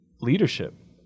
leadership